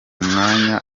mwanya